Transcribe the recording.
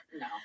No